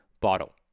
bottle